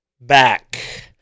back